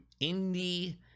indie